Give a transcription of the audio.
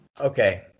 Okay